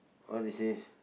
what this is